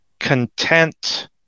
content